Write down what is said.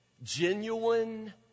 Genuine